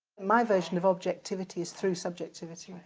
my version of objectivity is through subjectivity.